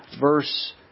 verse